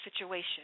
situation